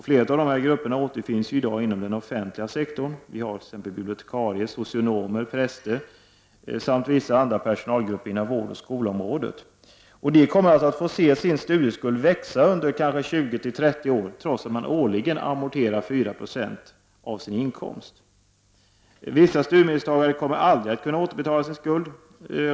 Flera av dessa grupper återfinns i dag inom den offentliga sektorn, t.ex. bibliotekarier, socionomer, präster samt vissa personalgrupper inom vårdoch skolområdet. De kommer att få se sin studieskuld växa under kanske 20-30 år, trots att de årligen amorterar 4 90 av sin inkomst. Vissa studiemedelstagare kommer aldrig att kunna återbetala sin skuld.